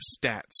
stats